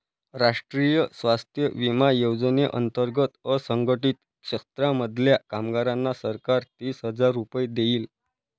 राष्ट्रीय स्वास्थ्य विमा योजने अंतर्गत असंघटित क्षेत्रांमधल्या कामगारांना सरकार तीस हजार रुपये देईल